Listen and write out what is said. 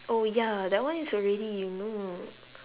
oh ya that one is already you know